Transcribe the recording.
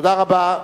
תודה רבה.